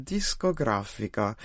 Discografica